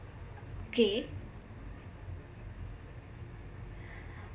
okay